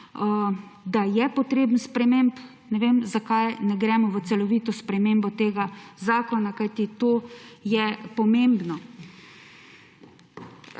da je potreben sprememb. Ne vem, zakaj ne gremo v celovito spremembo tega zakona, kajti to je pomembno.